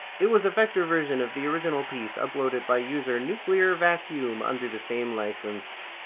it was a vector version of the original piece, uploaded by user nuclearvacuum under the same licence.